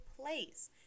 place